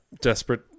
desperate